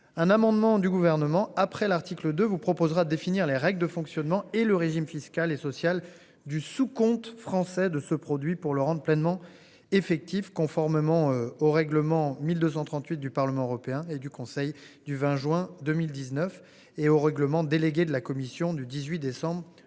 Un amendement du gouvernement après l'article de vous proposera définir les règles de fonctionnement et le régime fiscal et social du sous-comptes français de ce produit pour le rendre pleinement effectif conformément au règlement 1238 du Parlement européen et du Conseil du 20 juin 2019 et au règlement, délégué de la commission du 18 décembre 2020.